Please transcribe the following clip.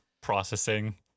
processing